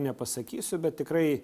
nepasakysiu bet tikrai